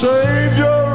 Savior